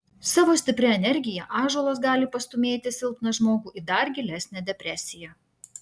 savo stipria energija ąžuolas gali pastūmėti silpną žmogų į dar gilesnę depresiją